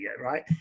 right